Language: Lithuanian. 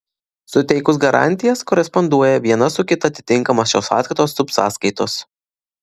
suteikus garantijas koresponduoja viena su kita atitinkamos šios sąskaitos subsąskaitos